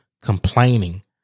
complaining